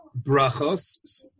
brachos